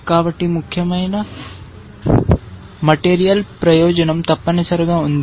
కాబట్టి ముఖ్యమైన మెటీరియల్ ప్రయోజనం తప్పనిసరిగా ఉంది